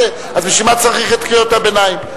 אז בשביל מה צריך את קריאות הביניים?